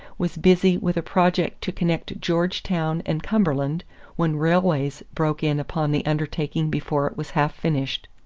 was busy with a project to connect georgetown and cumberland when railways broke in upon the undertaking before it was half finished.